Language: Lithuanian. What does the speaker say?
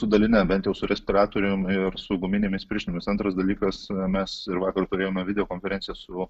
su daline bent jau su respiratorium ir su guminėmis pirštinėmis antras dalykas mes ir vakar turėjome video konferenciją su